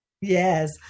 Yes